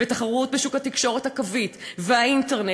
בתחרות בשוק התקשורת הקווית והאינטרנט.